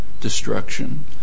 destruction